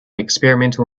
experimental